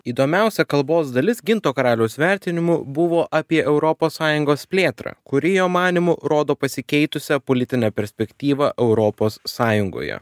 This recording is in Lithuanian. įdomiausia kalbos dalis ginto karaliaus vertinimu buvo apie europos sąjungos plėtrą kuri jo manymu rodo pasikeitusią politinę perspektyvą europos sąjungoje